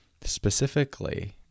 specifically